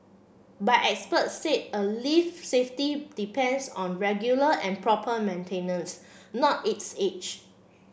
but experts said a lift safety depends on regular and proper maintenance not its age